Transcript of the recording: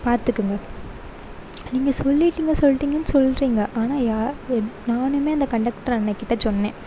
பார்த்துக்குங்க நீங்கள் சொல்லிட்டிங்க சொல்லிட்டிங்கன்னு சொல்கிறீங்க ஆனால் யா நானும் அந்த கண்டக்டர் அண்ணே கிட்ட சொன்னேன்